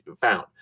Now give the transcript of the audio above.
found